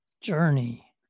journey